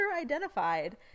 identified